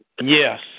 Yes